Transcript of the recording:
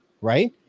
right